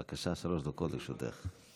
בבקשה, שלוש דקות לרשותך.